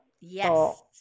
Yes